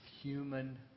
human